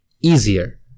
easier